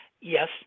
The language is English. Yes